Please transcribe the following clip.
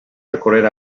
recorrer